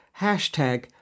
hashtag